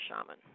shaman